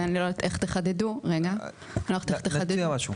ואני לא יודעת איך תחדדו --- אנחנו נציע משהו.